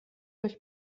euch